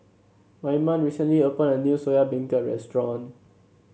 Wyman recently opened a new Soya Beancurd Restaurant